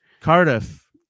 Cardiff